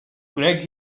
greg